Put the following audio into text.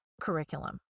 curriculum